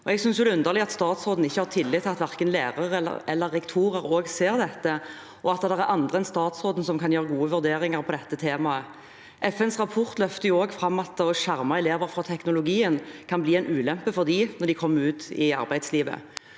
Jeg synes det er underlig at statsråden ikke har tillit til at verken lærere eller rektorer ser dette, og at det er andre enn statsråden som kan gjøre gode vurderinger innen dette temaet. FNs rapport løfter også fram at å skjerme elever mot teknologien kan bli en ulempe for dem når de kommer ut i arbeidslivet.